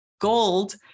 gold